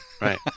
right